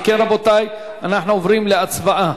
אם כן, רבותי, אנחנו עוברים להצבעה.